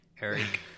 Eric